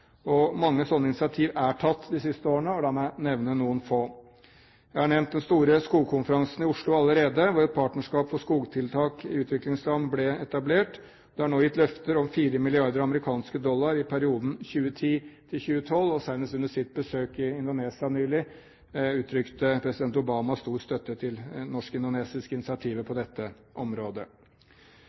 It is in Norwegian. Mange slike initiativ er tatt de siste årene og la meg nevne noen få. Jeg har nevnt den store skogkonferansen i Oslo allerede, hvor et partnerskap for skogtiltak i utviklingsland ble etablert. Det er nå gitt løfter om 4 mrd. amerikanske dollar i perioden 2010–2012. Senest under sitt besøk i Indonesia nylig uttrykte president Obama stor støtte til det norsk–indonesiske initiativet på dette området.